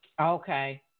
Okay